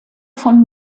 von